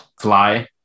Fly